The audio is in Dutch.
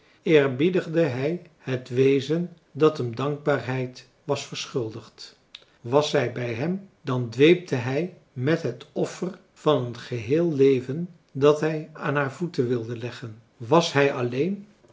eerbiedigde hij het wezen dat hem dankbaarheid was verschuldigd was zij bij hem dan dweepte hij met het offer van een geheel leven dat hij aan haar voeten wilde leggen was hij alleen